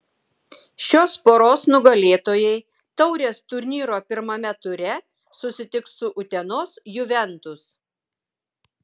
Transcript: šios poros nugalėtojai taurės turnyro pirmame ture susitiks su utenos juventus